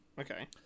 Okay